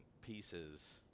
pieces